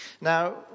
Now